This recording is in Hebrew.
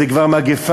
זה כבר מגפה.